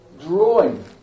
drawing